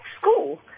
school